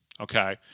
okay